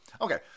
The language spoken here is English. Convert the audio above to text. Okay